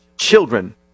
children